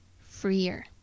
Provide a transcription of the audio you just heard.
freer